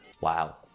Wow